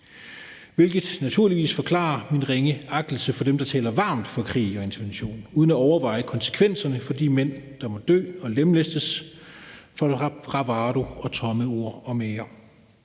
hvilket naturligvis forklarer min ringe agtelse for dem, der taler varmt for krig og intervention uden at overveje konsekvenserne for de mænd, der må dø og lemlæstes for bravade, tomme ord og mere.